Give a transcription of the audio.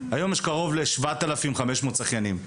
היום יש קרוב ל-7,500 שחיינים.